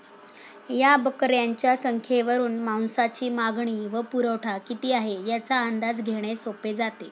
या बकऱ्यांच्या संख्येवरून मांसाची मागणी व पुरवठा किती आहे, याचा अंदाज घेणे सोपे जाते